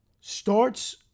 starts